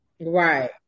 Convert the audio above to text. Right